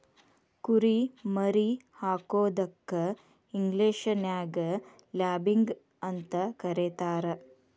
ಕುರಿ ಮರಿ ಹಾಕೋದಕ್ಕ ಇಂಗ್ಲೇಷನ್ಯಾಗ ಲ್ಯಾಬಿಂಗ್ ಅಂತ ಕರೇತಾರ